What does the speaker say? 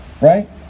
right